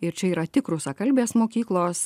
ir čia yra tik rusakalbės mokyklos